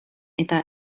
eta